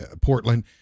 Portland